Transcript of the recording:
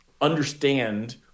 understand